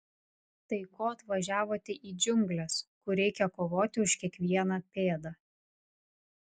tai ko atvažiavote į džiungles kur reikia kovoti už kiekvieną pėdą